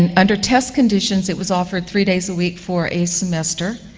and under test conditions, it was offered three days a week for a semester,